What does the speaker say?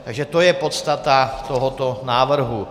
Takže to je podstata tohoto návrhu.